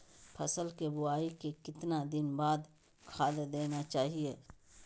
फसल के बोआई के कितना दिन बाद खाद देना चाइए?